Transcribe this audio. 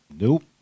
Nope